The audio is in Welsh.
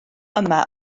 yma